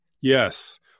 Yes